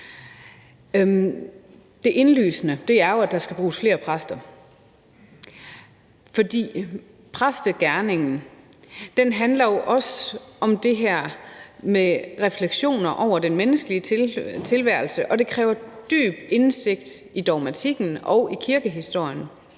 Det indlysende er jo, at der skal bruges flere præster, for præstegerningen handler jo også om det her med refleksioner over den menneskelige tilværelse, og det kræver dyb indsigt i dogmatikken og i kirkehistorien.